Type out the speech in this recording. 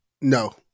no